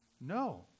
No